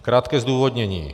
Krátké zdůvodnění.